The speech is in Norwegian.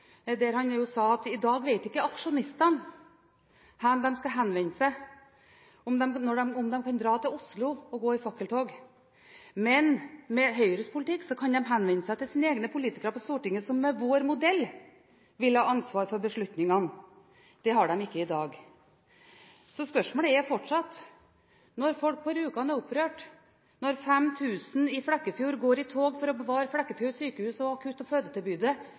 I dag vet ikke aksjonistene hvor de skal henvende seg, og om de kan dra til Oslo og gå i fakkeltog. Men med Høyres politikk kan de henvende seg til sine egne politikere på Stortinget, som med vår modell vil ha ansvar for beslutningene. Det har de ikke i dag. Spørsmålet er fortsatt: Når folk på Rjukan er opprørte og 5 000 i Flekkefjord går i tog for å bevare Flekkefjord sykehus og akutt- og fødetilbudet